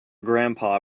grandpa